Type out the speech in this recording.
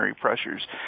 pressures